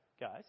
Guys